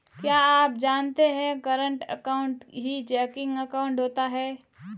क्या आप जानते है करंट अकाउंट ही चेकिंग अकाउंट होता है